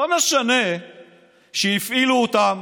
לא משנה שהפעילו אותם